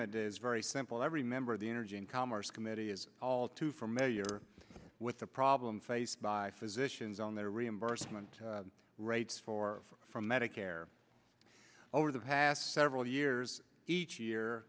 amendment is very simple every member of the energy and commerce committee is all too familiar with the problem faced by physicians on their reimbursement rates for from medicare over the past several years each year